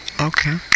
okay